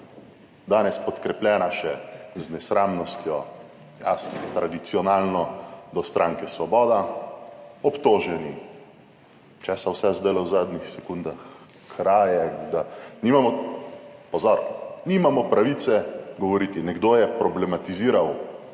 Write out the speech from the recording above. danes podkrepljena še z nesramnostjo, jasno, tradicionalno do stranke Svoboda, obtoženi česa vse zdajle v zadnjih sekundah kraje, da nimamo, pozor, nimamo pravice govoriti, nekdo je problematiziral